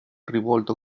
rivolto